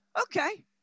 okay